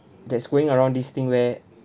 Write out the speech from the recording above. that's going around this thing where